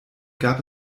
gab